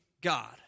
God